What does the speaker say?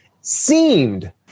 seemed